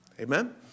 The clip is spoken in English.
Amen